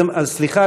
סליחה,